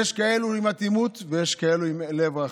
יש כאלה עם אטימות ויש כאלה עם לב רחב.